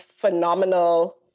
phenomenal